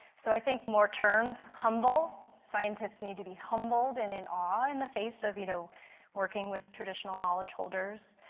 so i think more terms, humble, scientists need to be humbled and in awe in the face of you know working with traditional knowledge holders.